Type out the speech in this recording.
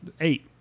Eight